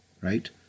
right